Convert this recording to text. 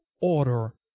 order